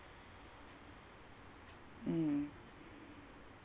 mm